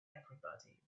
everybody